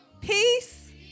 peace